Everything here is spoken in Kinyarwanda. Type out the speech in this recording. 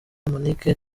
monique